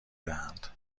دهند